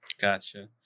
gotcha